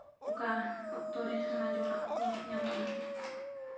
ᱚᱠᱟ ᱚᱠᱛᱚᱨᱮ ᱦᱟᱱᱟ ᱡᱚᱢᱟᱜ ᱠᱚ ᱧᱟᱢᱚᱜᱼᱟ